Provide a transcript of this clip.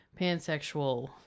pansexual